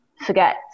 forget